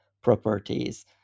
properties